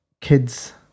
kids